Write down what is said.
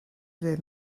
ddydd